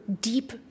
deep